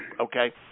Okay